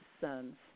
son's